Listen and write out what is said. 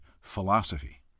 philosophy